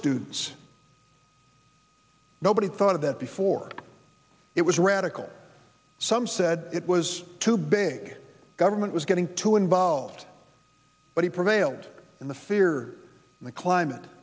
students nobody thought of that before it was radical some said it was too big government was getting too involved but he prevailed in the fear of the climate